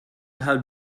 how